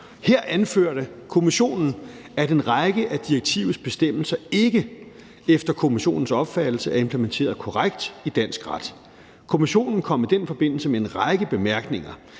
Her anførte Kommissionen, at en række af direktivets bestemmelser ikke efter Kommissionens opfattelse er implementeret korrekt i dansk ret. Kommissionen kom i den forbindelse med en række bemærkninger.